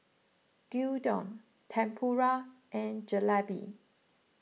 Gyudon Tempura and Jalebi